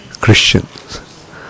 Christians